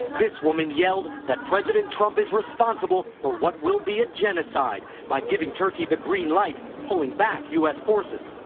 this woman yelled that president trump is responsible for what will be a genocide by giving turkey the green light pulling back u s. forces.